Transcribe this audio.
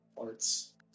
arts